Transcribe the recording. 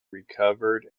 recovered